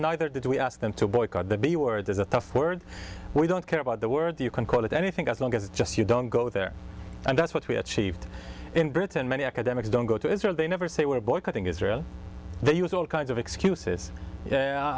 neither did we ask them to boycott the b word is a tough word we don't care about the word you can call it anything as long as it's just you don't go there and that's what we achieved in britain many academics don't go to israel they never say we're boycotting israel they use all kinds of excuses